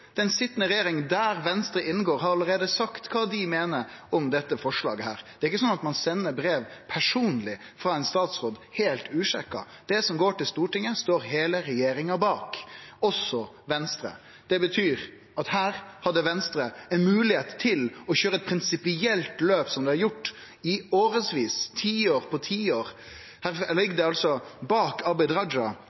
Den sitjande regjeringa, der Venstre inngår, har alt sagt kva dei meiner om dette forslaget. Det er ikkje slik at ein sender brev personleg frå ein statsråd heilt usjekka. Det som går til Stortinget, står heile regjeringa bak, også Venstre. Det betyr at her hadde Venstre moglegheit til å køyre eit prinsipielt løp, som det har gjort i årevis, tiår etter tiår. Her ligg det altså bak Abid Q. Raja,